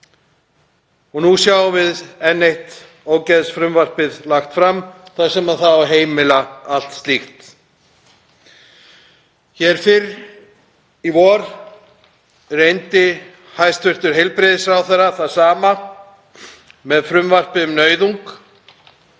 og nú sjáum við enn eitt ógeðsfrumvarpið lagt fram þar sem á að heimila allt slíkt. Hér fyrr í vor reyndi hæstv. heilbrigðisráðherra það sama með frumvarpi um nauðung